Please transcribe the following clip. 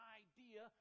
idea